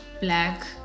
black